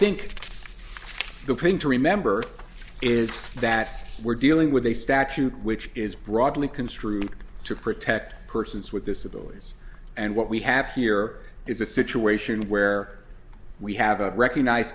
pin to remember is that we're dealing with a statute which is broadly construed to protect persons with disabilities and what we have here is a situation where we have to recognize